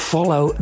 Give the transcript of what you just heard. Follow